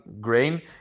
grain